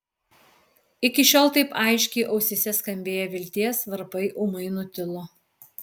iki šiol taip aiškiai ausyse skambėję vilties varpai ūmai nutilo